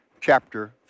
chapter